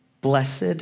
Blessed